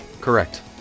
correct